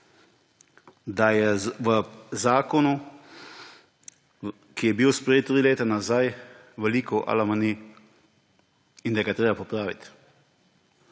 da je v zakonu, ki je bil sprejet tri leta nazaj, veliko anomalij in da ga je treba popraviti.